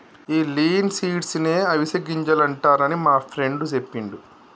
ఈ లిన్సీడ్స్ నే అవిసె గింజలు అంటారని మా ఫ్రెండు సెప్పిండు